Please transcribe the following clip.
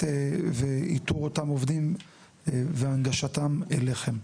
ואיתור אותם עובדים והנגשתם אליכם?